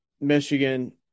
Michigan